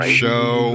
show